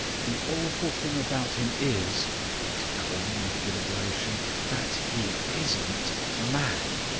the awful thing about him is, repeated colman, with deliberation, that he isn't mad.